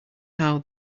how